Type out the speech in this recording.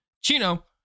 Chino